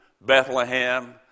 Bethlehem